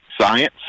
science